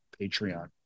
Patreon